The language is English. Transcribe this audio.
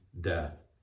death